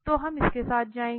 तो हम इसके साथ जाएंगे